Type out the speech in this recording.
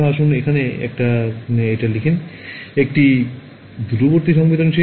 আসুন এখানে এটি এখানে লিখুন এটি দূরবর্তী সংবেদনশীল